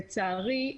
לצערי,